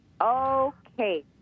okay